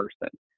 person